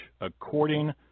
according